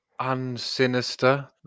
unsinister